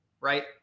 right